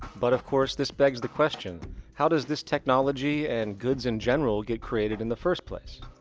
but of course, this begs the question how does this technology, and goods in general, get created in the first place?